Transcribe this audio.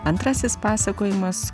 antrasis pasakojimas